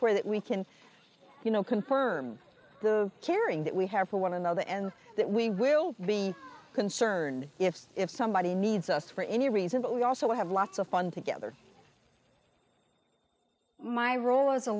where that we can you know confirm the caring that we have for one another and that we will be concerned if if somebody needs us for any reason but we also have lots of fun together my role as a